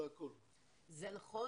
זה נכון.